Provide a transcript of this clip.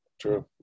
true